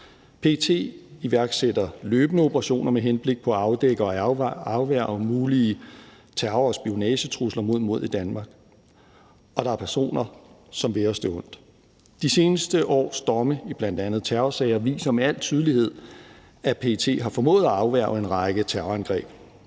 PET iværksætter løbende operationer med henblik på at afdække og afværge mulige terror- og spionagetrusler mod Danmark, og der er personer, som vil os det ondt. De seneste års domme i bl.a. terrorsager viser med al tydelighed, at PET har formået at afværge en række terrorangreb.